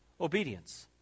obedience